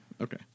okay